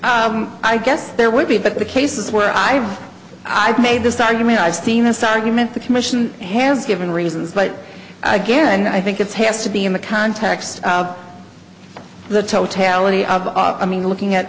i guess there would be but the cases where i have i think this argument i've seen this argument the commission has given reasons but again i think it's has to be in the context of the totality of i mean looking at